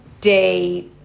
day